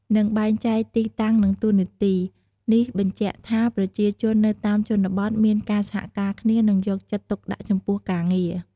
និងបែងចែកទីតាំងនិងតួនាទី នេះបញ្ជាក់ថាប្រជាជននៅតាមជនបទមានការសហការគ្នានិងយកចិត្តទុកដាក់ចំពោះការងារ។